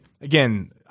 again